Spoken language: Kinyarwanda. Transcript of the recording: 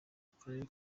karere